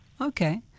Okay